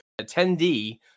attendee